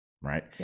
right